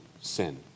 sin